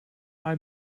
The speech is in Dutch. hij